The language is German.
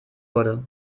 wurde